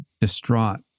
distraught